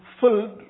filled